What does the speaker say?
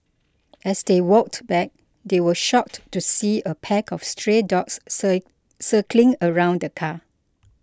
as they walked back they were shocked to see a pack of stray dogs sir circling around the car